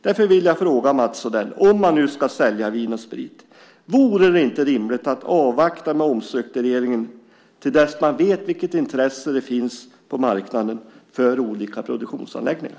Därför vill jag fråga Mats Odell: Om man nu ska sälja Vin & Sprit, vore det då inte rimligt att avvakta med omstruktureringen till dess man vet vilket intresse som det finns på marknaden för olika produktionsanläggningar?